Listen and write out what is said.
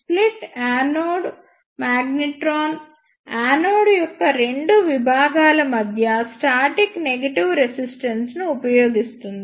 split anode magnetron anode యొక్క రెండు విభాగాల మధ్య స్టాటిక్ నెగటివ్ రెసిస్టెన్స్ను ఉపయోగిస్తుంది